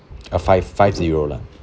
a five five zero lah